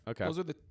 Okay